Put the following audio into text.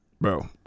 Bro